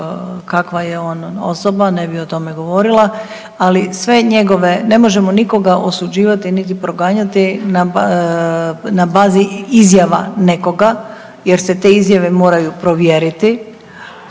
kakva je on osoba, ne bi o tome govorila, ali sve njegove, ne možemo nikoga osuđivati niti proganjati na bazi izjava nekoga jer se te izjave moraju provjeriti,